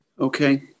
Okay